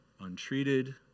untreated